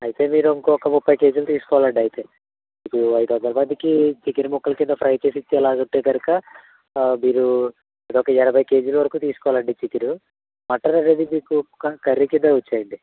అయితే మీరు ఇంకొక ముప్పై కేజీలు తీసుకోవాలండి అయితే మీరు ఐదు వందలు మందికి చికెన్ ముక్కలు కింద ఫ్రై చేసి ఇచ్చేలాగా ఉంటే కనుక మీరు అది ఒక ఎనభై కేజీల వరకు తీసుకోవాలండి చికెను మటన్ అనేది మీకు క కర్రీ కింద ఉంచేయండి